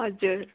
हजुर